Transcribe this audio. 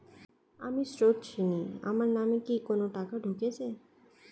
আমি স্রোতস্বিনী, আমার নামে কি কোনো টাকা ঢুকেছে?